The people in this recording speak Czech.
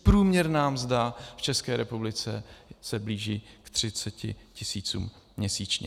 Průměrná mzda v České republice se blíží k 30 tisícům měsíčně.